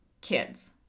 kids